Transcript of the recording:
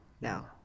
No